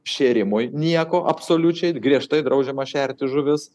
šėrimui nieko absoliučiai griežtai draudžiama šerti žuvis